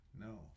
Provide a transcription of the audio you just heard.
no